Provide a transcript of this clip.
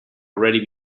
already